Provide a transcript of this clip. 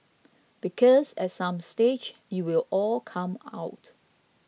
because at some stage it will all come out